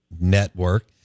network